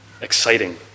exciting